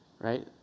Right